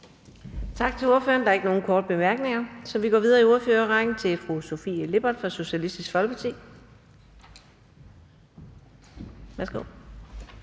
Tak til ordføreren. Der er ikke nogen korte bemærkninger, så vi går videre i ordførerrækken til fru Sofie Lippert fra Socialistisk Folkeparti. Værsgo.